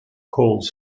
calls